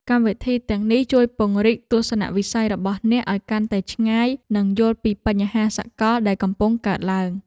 កម្មវិធីទាំងនេះជួយពង្រីកទស្សនវិស័យរបស់អ្នកឱ្យកាន់តែឆ្ងាយនិងយល់ពីបញ្ហាសកលដែលកំពុងកើតឡើង។